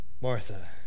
Martha